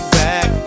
back